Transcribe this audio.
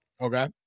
Okay